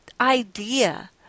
idea